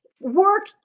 Work